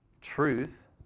truth